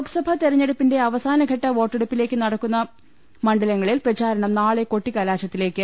ലോക്സ്ഭാ തെരെഞ്ഞെടുപ്പിന്റെ അവസാനഘട്ട വോട്ടെടുപ്പ് നടക്കുന്ന മണ്ഡലങ്ങളിൽ പ്രചാരണം കൊട്ടിക്കലാശത്തിലേക്ക്